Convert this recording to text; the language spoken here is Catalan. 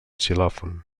xilòfon